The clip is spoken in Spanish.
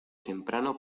temprano